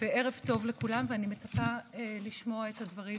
וערב טוב לכולם, ואני מצפה לשמוע את הדברים,